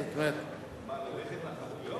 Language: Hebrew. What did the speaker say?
זאת אומרת, מה, ללכת לחנויות?